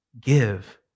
give